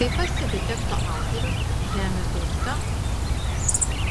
kaip pastebi teksto autorius žemės druska